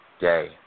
day